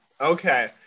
Okay